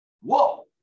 Whoa